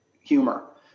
humor